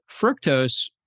fructose